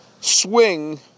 swing